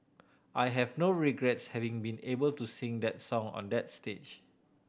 I have no regrets having been able to sing that song on that stage